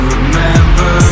Remember